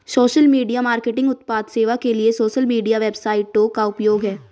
social media marketing उत्पाद सेवा के लिए सोशल मीडिया वेबसाइटों का उपयोग है